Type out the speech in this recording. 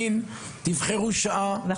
תרימו טלפו, תאמרו שעה ובואו, אני אשמח.